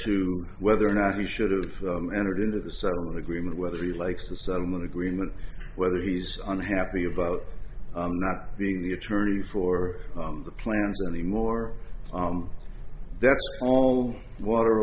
to whether or not we should have entered into the settlement agreement whether he likes the settlement agreement whether he's unhappy about not being the attorney for the plans anymore that's all water